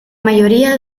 mayoría